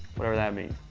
whatever that means.